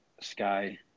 Sky